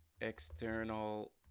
external